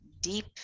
deep